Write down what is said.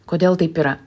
kodėl taip yra